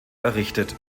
errichtet